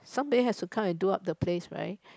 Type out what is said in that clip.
somebody has to come and do up the place right